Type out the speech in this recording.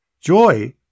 Joy